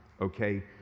okay